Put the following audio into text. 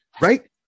Right